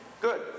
good